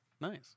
Nice